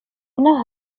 inaha